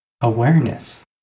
awareness